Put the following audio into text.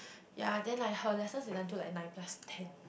ya then like her lessons is until like nine plus ten